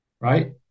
right